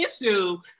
issue